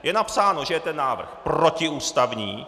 Je napsáno, že je ten návrh protiústavní.